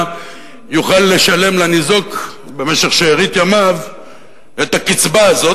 יוכל לשלם לניזוק במשך שארית ימיו את הקצבה הזאת,